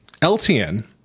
LTN